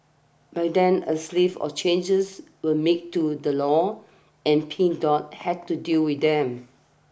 by then a slave of changes were made to the law and Pink Dot had to deal with them